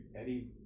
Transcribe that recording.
Eddie